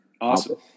Awesome